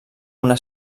una